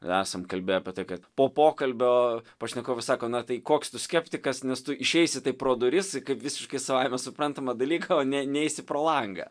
esam kalbėję apie tai kad po pokalbio pašnekovai sako na tai koks tu skeptikas nes tu išeisi taip pro duris kaip visiškai savaime suprantamą dalyką o ne neisi pro langą